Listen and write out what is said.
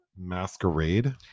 masquerade